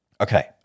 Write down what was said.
Okay